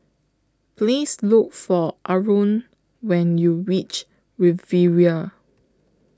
Please Look For Arron when YOU REACH Riviera